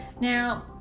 now